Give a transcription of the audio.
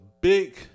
big